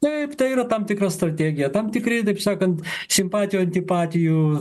taip tai yra tam tikra strategija tam tikri taip sakant simpatijų antipatijų